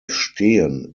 stehen